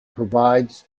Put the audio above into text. provides